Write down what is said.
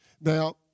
Now